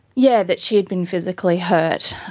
yeah, that she had been physically hurt.